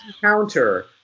Counter